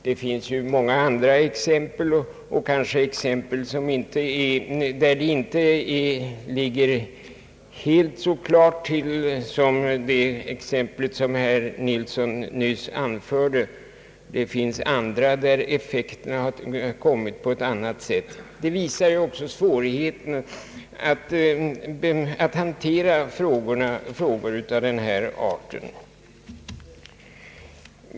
Det finns många andra exempel, och det i fall där det inte ligger helt så klart till som i det av herr Nilsson anförda. Det finns exempel där de gynnsamma effekterna på ett håll lett till avsevärda svårigheter på ett annat. Detta visar hur svårt det är att hantera frågor av denna art.